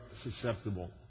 susceptible